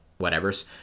whatevers